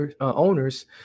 owners